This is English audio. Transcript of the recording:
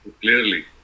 clearly